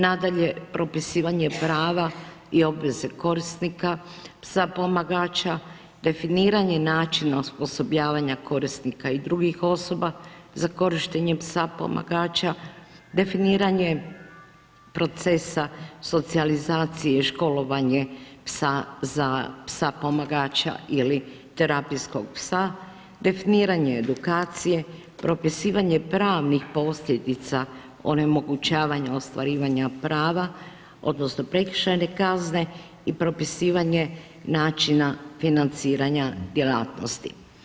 Nadalje, propisivanje i obveze korisnika psa pomagača, definiranje načina osposobljavanja korisnika i drugih osoba za korištenje psa pomagača, definiranje procesa socijalizacije i školovanje psa za psa pomagača ili terapijskog psa, definiranje edukacije, propisivanje pravnih posljedica onemogućavanja ostvarivanja prava odnosno prekršajne kazne i propisivanje načina financiranja djelatnosti.